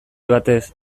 batez